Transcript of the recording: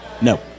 No